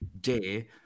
day